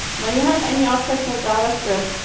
when you have any objects in javascript,